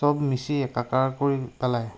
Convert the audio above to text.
সব মিচি একাকাৰ কৰি পেলায়